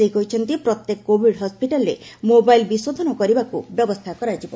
ସେ କହିଛନ୍ତି ପ୍ରତ୍ୟେକ କୋଭିଡ୍ ହସ୍କିଟାଲ୍ରେ ମୋବାଇଲ୍ ବିଶୋଧନ କରିବାକୁ ବ୍ୟବସ୍ଥା କରାଯିବ